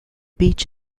beach